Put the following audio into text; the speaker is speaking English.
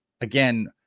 again